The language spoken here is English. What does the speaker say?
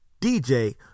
DJ